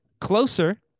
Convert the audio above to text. closer